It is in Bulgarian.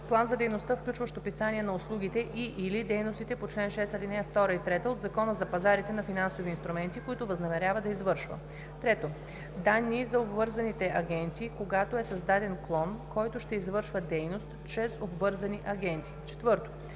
план за дейността, включващ описание на услугите и/или дейностите по чл. 6, ал. 2 и 3 от Закона за пазарите на финансови инструменти, които възнамерява да извършва; 3. данни за обвързаните агенти, когато е създаден клон, който ще извършва дейност чрез обвързани агенти; 4.